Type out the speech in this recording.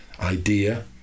idea